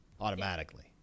automatically